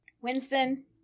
Winston